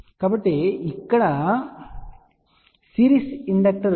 కాబట్టి ఇక్కడ series inductor 0